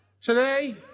Today